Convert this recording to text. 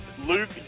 Luke